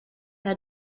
hij